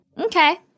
Okay